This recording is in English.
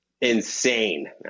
insane